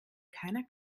keiner